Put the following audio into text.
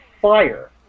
fire